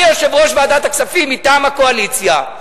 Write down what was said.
אני יושב-ראש ועדת הכספים מטעם הקואליציה,